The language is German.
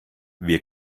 wir